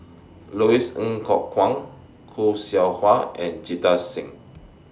Louis Ng Kok Kwang Khoo Seow Hwa and Jita Singh